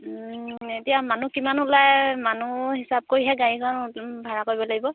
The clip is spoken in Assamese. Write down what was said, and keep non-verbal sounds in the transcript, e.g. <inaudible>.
এতিয়া মানুহ কিমান ওলাই মানুহ হিচাপ কৰিহে গাড়ী <unintelligible> ভাড়া কৰিব লাগিব